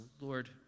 Lord